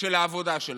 של העבודה שלכם.